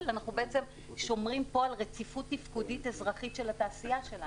אנחנו שומעים על רציפות תפקודית אזרחית של התעשייה שלנו.